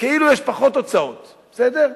כאילו יש פחות הוצאות, בסדר?